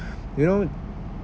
you know